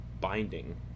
binding